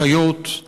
אחיות,